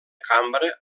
cambra